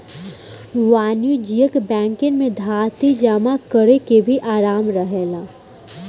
वाणिज्यिक बैंकिंग में थाती जमा करेके भी आराम रहेला